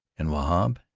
and wahb,